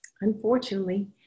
Unfortunately